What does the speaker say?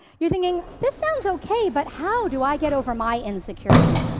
you're thinking, this sounds okay, but how do i get over my insecurities?